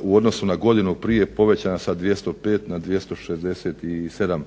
u odnosu na godinu prije povećana sa 205 na 267